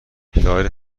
داری